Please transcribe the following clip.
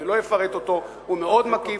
אני לא אפרט אותו, הוא מאוד מקיף.